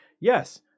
yes